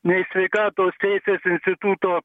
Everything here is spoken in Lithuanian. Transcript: nei sveikatos teisės instituto